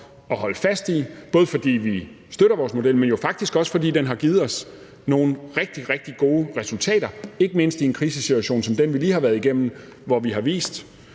at holde fast i, både fordi vi støtter vores model, men jo faktisk også fordi den har givet os nogle rigtig, rigtig gode resultater, ikke mindst i en krisesituation som den, vi lige har været igennem, hvor vi har vist,